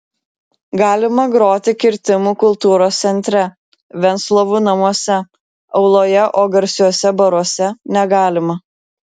galima groti kirtimų kultūros centre venclovų namuose auloje o garsiuose baruose negalima